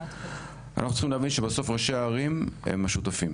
צריך להבין שבסוף, ראשי הערים הם שותפים